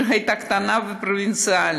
העיר הייתה קטנה ופרובינציאלית,